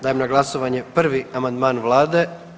Dajem na glasovanje prvi amandman Vlade.